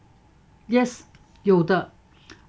yes 有的